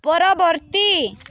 ପରବର୍ତ୍ତୀ